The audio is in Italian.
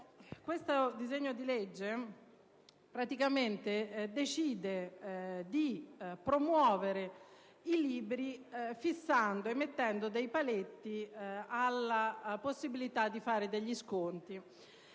Questo disegno di legge decide di promuovere i libri mettendo dei paletti alla possibilità di fare degli sconti,